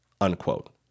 unquote